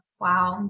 Wow